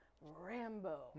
Rambo